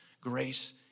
grace